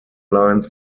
lines